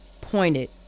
pointed